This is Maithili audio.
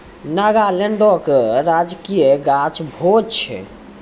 नागालैंडो के राजकीय गाछ भोज छै